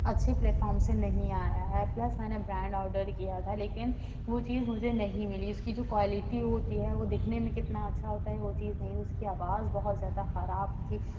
اچھی platform سے نہیں آیا ہے پلس میں نے برانڈ آڈر کیا تھا لیکن وہ چیز مجھے نہیں ملی اس کی جو کوالیٹی ہوتی ہے وہ دکھنے میں کتنا اچھا ہوتا ہے وہ چیز نہیں اس کی آواز بہت زیادہ خراب تھی